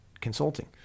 consulting